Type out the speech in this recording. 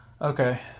Okay